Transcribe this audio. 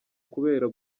kubera